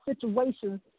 situations